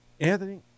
Anthony